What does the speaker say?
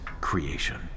creation